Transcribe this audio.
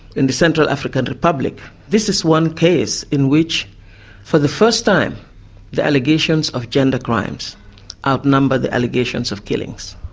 in the central african republic, this is one case in which for the first time the allegations of gender crimes outnumbered the allegations of killings.